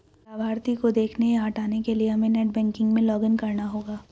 लाभार्थी को देखने या हटाने के लिए हमे नेट बैंकिंग में लॉगिन करना होगा